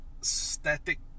Static